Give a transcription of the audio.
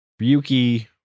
Ryuki